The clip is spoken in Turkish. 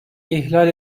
ihlal